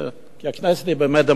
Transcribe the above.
כי הכנסת היא באמת דמוקרטית.